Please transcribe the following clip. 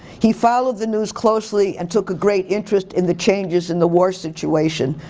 he followed the news closely and took a great interest in the changes in the war situation,